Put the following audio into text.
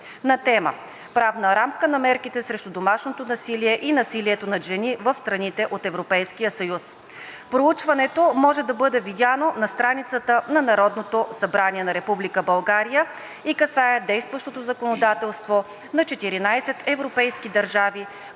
на тема: „Правна рамка на мерките срещу домашното насилие и насилието над жени в страните от Европейския съюз“. Проучването може да бъде видяно на страницата на Народното събрание на Република България и касае действащото законодателство на 14 европейски държави,